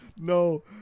No